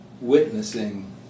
witnessing